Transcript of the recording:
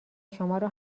شمارو